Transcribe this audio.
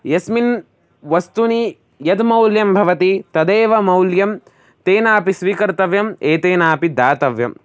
यस्मिन् वस्तूनि यत् मौल्यं भवति तदेव मौल्यं तेनापि स्वीकर्तव्यम् एतेनापि दातव्यम्